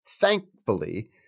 thankfully